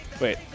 Wait